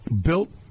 built